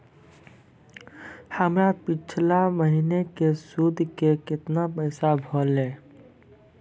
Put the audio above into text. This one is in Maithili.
हमर पिछला महीने के सुध के केतना पैसा भेलौ?